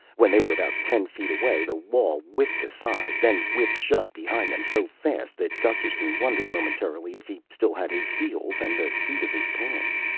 when they were about ten feet away the wall whipped aside, then whipped shut behind them so fast that gusterson wondered momentarily if he still had his heels and the seat of his pants.